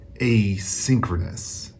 asynchronous